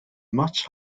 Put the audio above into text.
much